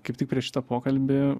kaip tik prieš šitą pokalbį